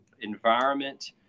environment